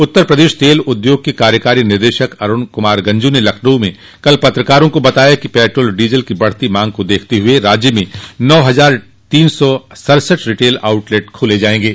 उत्तर प्रदेश तेल उद्योग के कार्यकारी निदेशक अरूण कुमार गंजू ने लखनऊ में कल पत्रकारों को बताया कि पेट्रोल और डीजल की बढ़ती हुई मांग को देखते हुए राज्य में नौ हजार तीन सौ सड़सठ रिटेल आउटलेट खोले जायेंगे